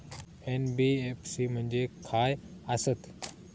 NBFC म्हणजे खाय आसत?